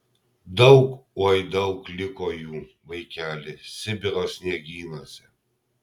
daug oi daug liko jų vaikeli sibiro sniegynuose